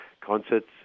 concerts